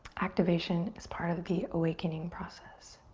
activation is part of the the awakening process.